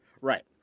Right